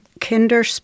Kinder